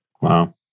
Wow